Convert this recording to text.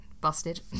busted